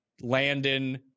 Landon